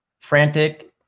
frantic